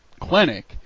clinic